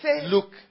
look